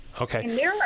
Okay